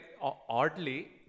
oddly